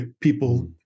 people